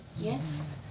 Yes